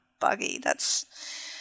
buggy—that's